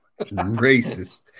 Racist